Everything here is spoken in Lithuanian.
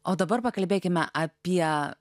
o dabar pakalbėkime apie